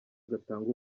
gatanga